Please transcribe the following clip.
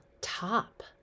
top